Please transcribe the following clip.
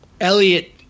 Elliot